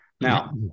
now